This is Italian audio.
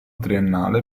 triennale